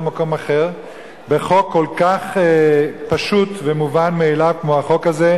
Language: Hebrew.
מקום אחר בחוק כל כך פשוט ומובן מאליו כמו החוק הזה,